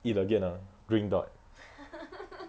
eat again ah green dot